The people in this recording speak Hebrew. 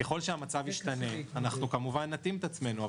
ככל שהמצב ישתנה, אנחנו נתאים עצמנו.